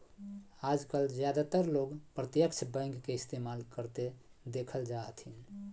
आजकल ज्यादातर लोग प्रत्यक्ष बैंक के इस्तेमाल करते देखल जा हथिन